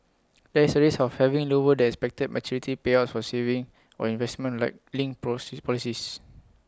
there is A risk of having lower than expected maturity payouts for savings or investment like linked pros policies